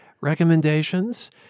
recommendations